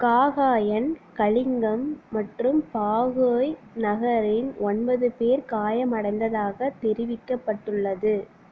Cagayan Kalinga மற்றும் Baguio நகரில் ஒன்பது பேர் காயமடைந்ததாக தெரிவிக்கப்பட்டுள்ளது